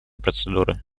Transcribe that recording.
процедуры